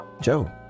Joe